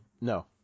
No